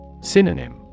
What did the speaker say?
Synonym